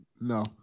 No